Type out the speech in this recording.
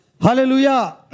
Hallelujah